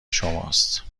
شماست